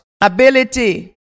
ability